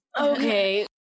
Okay